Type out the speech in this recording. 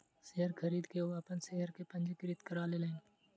share खरीद के ओ अपन शेयर के पंजीकृत करा लेलैन